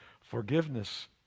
Forgiveness